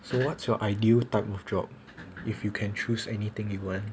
so what's your ideal type of job if you can choose anything you want